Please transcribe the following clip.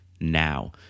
now